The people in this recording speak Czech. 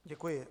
Děkuji.